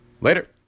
later